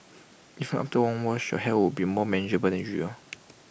even after one wash your hair would be more manageable than usual